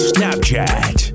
Snapchat